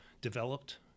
developed